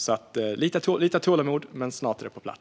Man får ha lite tålamod, men snart är det på plats.